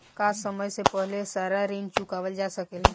का समय से पहले सारा ऋण चुकावल जा सकेला?